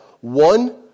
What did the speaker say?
one